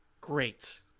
Great